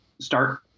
start